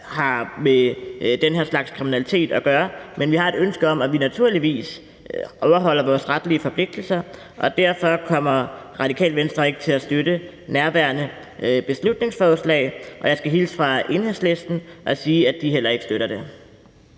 har med den her slags kriminalitet at gøre, men vi har et ønske om, at vi naturligvis overholder vores retlige forpligtelser. Derfor kommer Radikale Venstre ikke til at støtte nærværende beslutningsforslag, og jeg skal hilse fra Enhedslisten og sige, at de heller ikke støtter det.